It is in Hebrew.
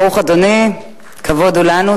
ברוך אדוני, כבוד הוא לנו.